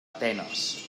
atenes